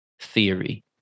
theory